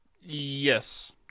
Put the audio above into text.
Yes